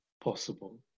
possible